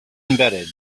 embedded